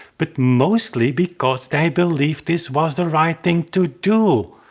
but mostly because they believed this was the right thing to do.